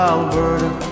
Alberta